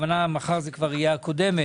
מחר זה כבר יהיה הקודמת,